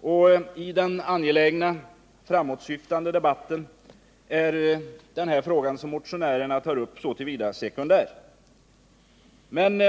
Och i den angelägna framåtsyftande debatten är den fråga som motionärerna tar upp så till vida sekundär. Men